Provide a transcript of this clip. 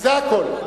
זה הכול.